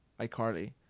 iCarly